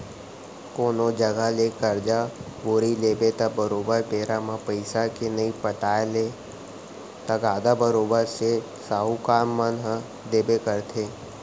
कोनो जघा ले करजा बोड़ी लेबे त बरोबर बेरा म पइसा के नइ पटाय ले तगादा बरोबर सेठ, साहूकार मन ह देबे करथे